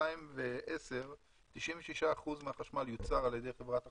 ב-2010 96% מהחשמל יוצר על ידי חברת החשמל,